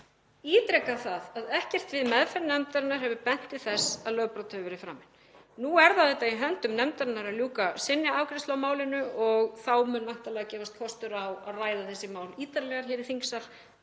ítreka það að ekkert við meðferð nefndarinnar hefur bent til þess að lögbrot hafi verið framið. Nú er það auðvitað í höndum nefndarinnar að ljúka sinni afgreiðslu á málinu og þá mun væntanlega gefast kostur á að ræða þessi mál ítarlegar hér í þingsal,